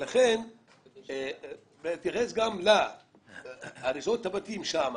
ולכן בהתייחס גם להריסות הבתים שם,